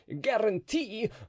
guarantee